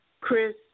Chris